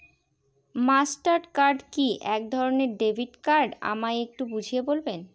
Master card কি একধরণের debit card আমায় একটু বুঝিয়ে বলবেন?